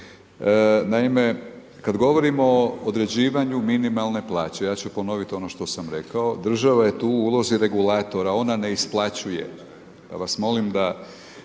naime, kada govorimo o određivanju minimalne plaće, ja ću ponoviti ono što sam rekao, država je tu u ulozi regulatora, ona ne isplaćuje,